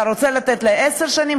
אתה רוצה לתת לעשר שנים?